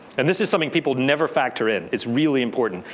and this is something people never factor in. it's really important.